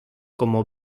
como